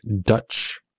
Dutch